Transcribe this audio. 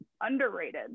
underrated